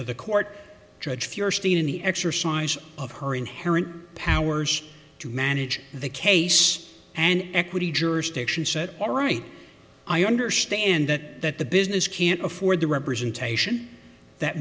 to the court judge feuerstein in the exercise of her inherent powers to manage the case and equity jurisdiction said all right i understand that the business can't afford the representation that